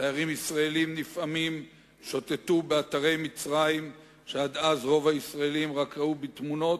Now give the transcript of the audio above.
תיירים ישראלים נפעמים שוטטו באתרי מצרים שעד אז ראו רק בתמונות,